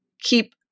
keep